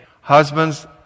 Husbands